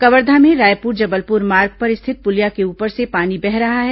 कवर्धा में रायपुर जबलपुर मार्ग पर स्थित पुलिया के ऊपर से पानी बह रहा है